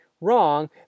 wrong